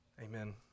Amen